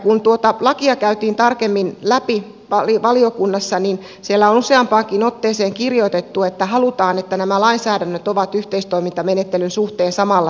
kun tuota lakia käytiin tarkemmin läpi valiokunnassa niin siellä on useampaankin otteeseen kirjoitettu että halutaan että nämä lainsäädännöt ovat yhteistoimintamenettelyn suhteen samalla tasolla